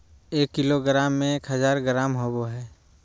एक किलोग्राम में एक हजार ग्राम होबो हइ